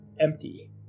empty